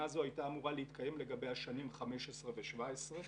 הזו הייתה אמורה להתקיים לגבי השנים 2015 ו-2017.